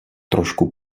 trochu